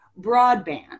broadband